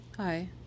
Hi